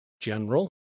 general